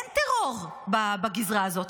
אין טרור בגזרה הזאת.